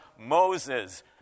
Moses